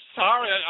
sorry